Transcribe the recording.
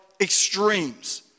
extremes